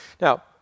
Now